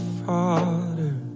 father